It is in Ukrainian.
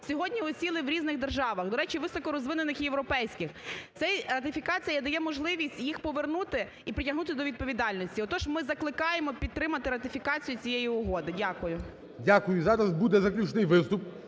сьогодні осіли в різних державах, до речі, у високорозвинених європейських. Ця ратифікація дає можливість їх повернути і притягнути до відповідальності. Отож, ми закликаємо підтримати ратифікацію цієї угоди. Дякую. ГОЛОВУЮЧИЙ. Дякую. Зараз буде заключний виступ,